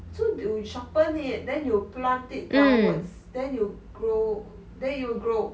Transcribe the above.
so do you sharpen it then you plant it downwards then you grow then it will grow